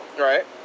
Right